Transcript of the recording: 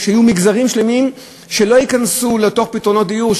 הוא שיהיו מגזרים שלמים שלא ייכנסו לתוך פתרונות הדיור,